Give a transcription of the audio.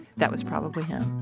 that was probably him